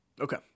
Okay